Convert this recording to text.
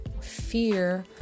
fear